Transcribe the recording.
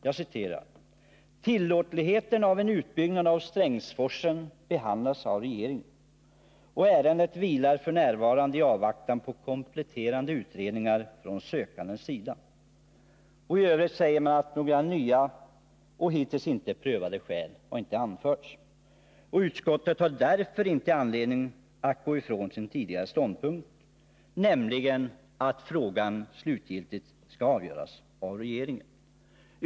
Jag citerar: ”Tillåtligheten av en utbyggnad av Strängsforsen behandlas av regeringen. Ärendet vilar f. n. i avvaktan på kompletterande utredningar från sökandens sida. I övrigt har inte några nya och hittills inte prövade skäl anförts. Utskottet har därför inte anledning att gå ifrån sin tidigare ståndpunkt, nämligen att tillåtligheten av en utbyggnad ——-— får avgöras av regeringen.